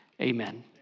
Amen